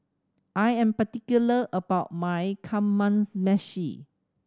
I am particular about my Kamameshi